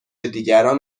دیگران